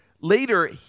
later